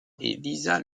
lisa